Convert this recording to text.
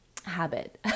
habit